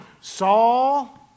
Saul